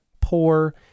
poor